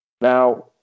Now